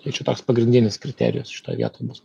tai čia toks pagrindinis kriterijus šitoj vietoj bus